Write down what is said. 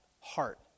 heart